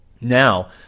Now